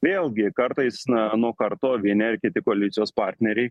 vėlgi kartais na nuo karto vieni ar kiti koalicijos partneriai